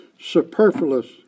Superfluous